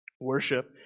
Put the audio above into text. Worship